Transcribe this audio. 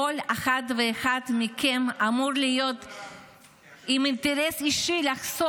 כל אחד ואחד מכם אמור להיות עם אינטרס אישי לחשוב